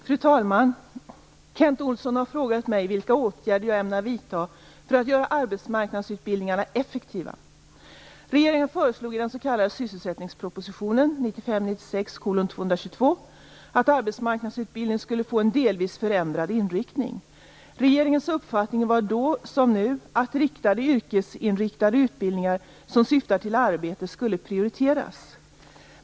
Fru talman! Kent Olsson har frågat mig vilka åtgärder jag ämnar vidta för att göra arbetsmarknadsutbildningarna effektiva. Regeringen föreslog i den s.k. sysselsättningspropositionen att arbetsmarknadsutbildningen skulle få en delvis förändrad inriktning. Regeringens uppfattning var då, som nu, att riktade yrkesinriktade utbildningar som syftar till arbete skulle prioriteras.